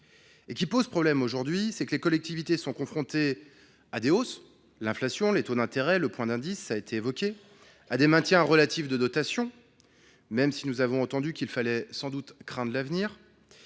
qui pose problème : les collectivités sont confrontées à des hausses, de l’inflation, des taux d’intérêt, du point d’indice, à des maintiens relatifs de dotations, même si nous avons entendu qu’il fallait sans doute craindre l’avenir,